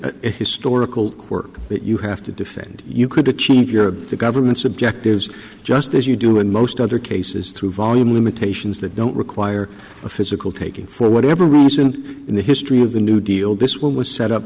a historical quirk that you have to defend you could achieve your government's objectives just as you do in most other cases through volume limitations that don't require a physical taking for whatever reason in the history of the new deal this one was set up